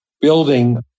building